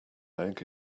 leg